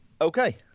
Okay